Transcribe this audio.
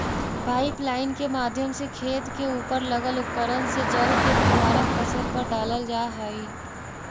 pipeline के माध्यम से खेत के उपर लगल उपकरण से जल के फुहारा फसल पर डालल जा हइ